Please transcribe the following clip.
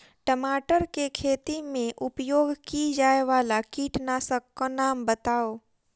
टमाटर केँ खेती मे उपयोग की जायवला कीटनासक कऽ नाम बताऊ?